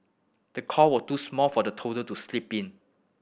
the cot was too small for the toddler to sleep in